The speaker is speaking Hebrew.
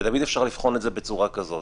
ותמיד אפשר לבחון את זה בצורה כזאת: